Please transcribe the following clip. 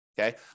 Okay